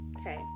Okay